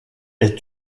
est